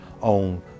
on